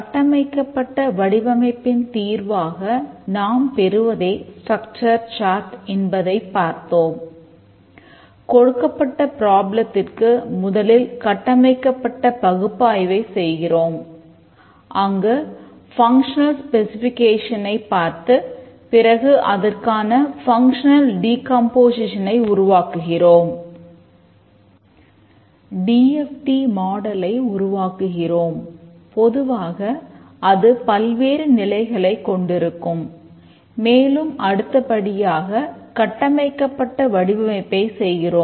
கட்டமைக்கப்பட்ட வடிவமைப்பின் தீர்வாக நாம் பெறுவதே ஸ்ட்ரக்சர் சார்ட் உருவாக்குகிறோம்